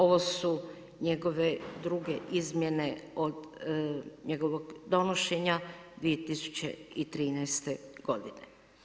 Ovo su njegove druge izmjene od njegovog donošenja 2013. godine.